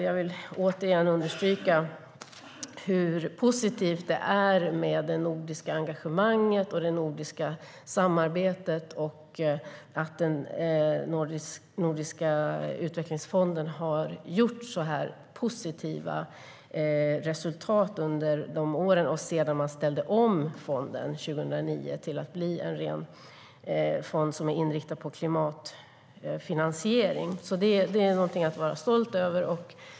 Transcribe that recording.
Jag vill återigen understryka hur positivt det är med det nordiska engagemanget och det nordiska samarbetet och att Nordiska utvecklingsfonden har gjort så positiva resultat under åren och sedan man ställde om fonden 2009 till att bli en fond som är helt inriktad på klimatfinansiering. Det är någonting att vara stolt över.